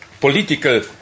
political